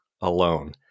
alone